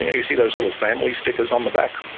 you see those little family stickers on the back.